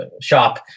shop